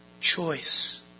Choice